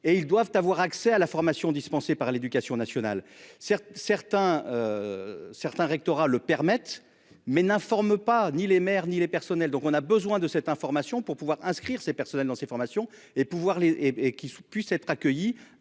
et ils doivent avoir accès à la formation dispensée par l'Éducation nationale. Certes, certains. Certains rectorats le permettent. Mais n'informe pas ni les maires, ni les personnels. Donc on a besoin de cette information pour pouvoir inscrire ses personnels dans ces formations, et pouvoir Les et qui puissent être accueillis